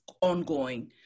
ongoing